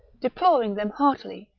deplor ing them heartily,